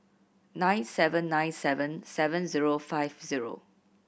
nine seven nine seven seven zero five zero